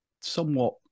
somewhat